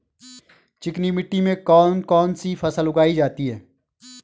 चिकनी मिट्टी में कौन कौन सी फसल उगाई जाती है?